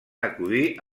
acudir